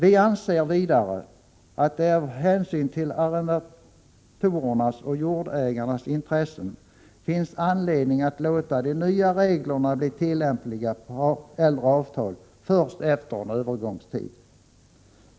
Vi anser vidare att det av hänsyn till arrendatorernas och jordägarnas intressen finns anledning att låta de nya reglerna bli tillämpliga på äldre avtal först efter en övergångstid.